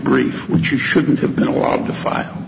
brief which you shouldn't have been allowed to file